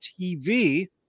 TV